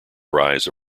rise